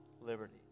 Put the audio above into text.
Liberty